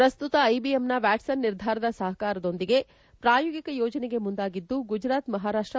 ಪ್ರಸ್ತುತ ಐಬಿಎಮ್ನ ವ್ಯಾಟ್ಸನ್ ನಿರ್ಧಾರದ ಸಹಕಾರದೊಂದಿಗೆ ಪ್ರಾಯೋಗಿಕ ಯೋಜನೆಗೆ ಮುಂದಾಗಿದ್ದು ಗುಜರಾತ್ ಮಹಾರಾಷ್ವ